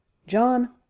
john,